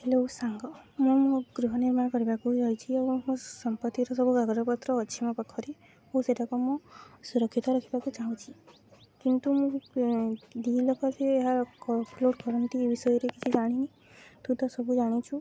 hello ସାଙ୍ଗ ମୁଁ ମୋ ଗୃହ ନିର୍ମାଣ କରିବାକୁ ଯାଉଛି ଏବଂ ମୋ ସମ୍ପତ୍ତିର ସବୁ କାଗଜପତ୍ର ଅଛି ମୋ ପାଖରେ ମୁଁ ସେଇଟାକୁ ମୁଁ ସୁରକ୍ଷିତ ରଖିବାକୁ ଚାହୁଁଛି କେମ୍ତି ଡିଲକର୍ରେ ଏହା ଅପ୍ଲୋଡ୍ କରନ୍ତି ଏ ବିଷୟରେ କିଛି ଜାଣିନି ତୁ ତ ସବୁ ଜାଣିଚୁ